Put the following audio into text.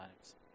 lives